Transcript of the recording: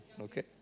okay